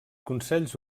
consells